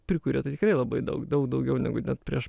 prikuria tai tikrai labai daug daug daugiau negu net prieš